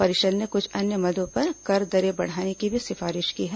परिषद ने कुछ अन्य मदों पर कर दरें बढ़ाने की भी सिफारिश की है